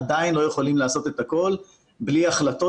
עדיין לא יכולים לעשות את הכול בלי החלטות